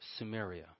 Sumeria